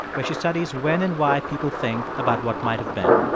where she studies when and why people think about what might have been.